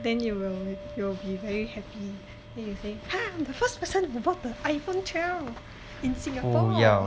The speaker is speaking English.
then you will you be very happy then you say ha I am the first person to bought the iphone twelve in singapore